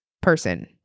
person